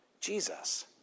Jesus